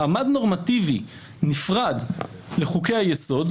מעמד נורמטיבי נפרד לחוקי היסוד,